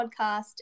Podcast